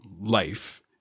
life